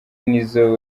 nizzo